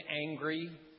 angry